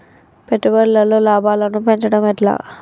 పెట్టుబడులలో లాభాలను పెంచడం ఎట్లా?